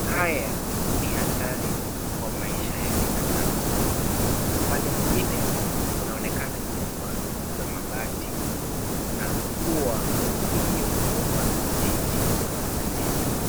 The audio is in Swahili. haya ni hatari kwa maisha ya binadamu .Upande mwingine kunaonekana nyumba za mabati na ua iliyoundwa kwa vijiti na vitu.